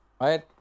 right